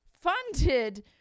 funded